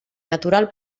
natural